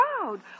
proud